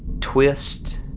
twist